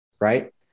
right